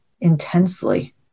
intensely